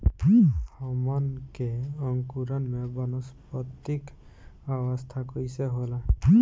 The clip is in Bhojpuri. हमन के अंकुरण में वानस्पतिक अवस्था कइसे होला?